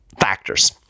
factors